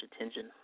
attention